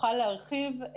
יוכל להרחיב,